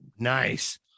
Nice